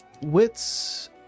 Wits